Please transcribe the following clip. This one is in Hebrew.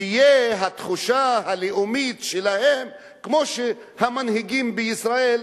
ושתהיה התחושה הלאומית שלהם כמו שהמנהיגים בישראל,